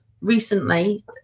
recently